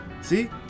see